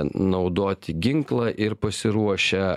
naudoti ginklą ir pasiruošę